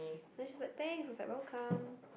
then she said thanks and I said welcome